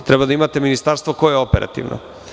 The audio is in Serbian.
Treba da imate ministarstvo koje je operativno.